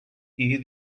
hear